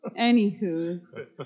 Anywhos